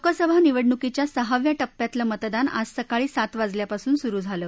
लोकसभा निवडणुकीच्या सहाव्या टप्प्यातलं मतदान आज सकाळी सात वाजल्यापासून सुरु झालं